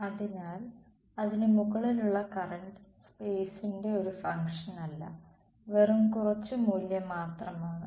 അതിനാൽ അതിന് മുകളിലുള്ള കറന്റ് സ്പെയ്സിന്റെ ഒരു ഫംഗ്ഷനല്ല വെറും കുറച്ച് മൂല്യം മാത്രമാണ്